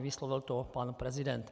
Vyslovil to pan prezident.